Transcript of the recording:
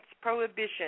Prohibition